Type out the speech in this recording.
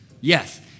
Yes